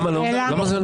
למה לא?